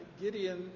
Gideon